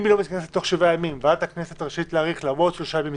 אם היא לא מתכנסת תוך 7 ימים ועדת הכנסת רשאית להאריך לה בעוד 3 ימים,